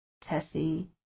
Tessie